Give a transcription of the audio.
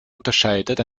unterscheidet